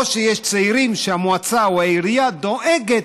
או שיש צעירים שהמועצה או העירייה דואגת